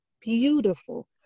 Beautiful